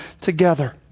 together